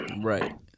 right